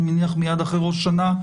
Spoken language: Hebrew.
אני מניח מייד אחרי ראש השנה,